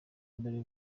mbere